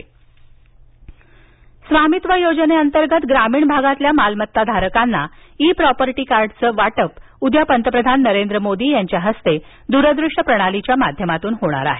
स्वामित्व मोदी स्वामित्व योजने अंतर्गत ग्रामीण भागातीलमालमत्ता धारकांना ई प्रापर्टी कार्डचं वाटप उद्या पंतप्रधान नरेंद्र मोदी यांच्या हस्ते दूर दृश्य प्रणालीच्या माध्यमातून होणार आहे